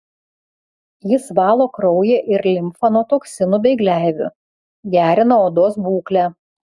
jis valo kraują ir limfą nuo toksinų bei gleivių gerina odos būklę